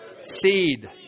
seed